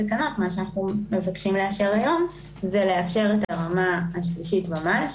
בתקנות מה שאנו מבקשים לאשר היום זה לאפשר את הרמה השלישית ומעלה,